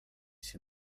się